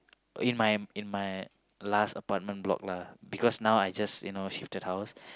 in my in my last apartment block lah because now I just you know shifted house